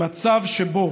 במצב שבו